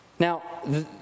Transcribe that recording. Now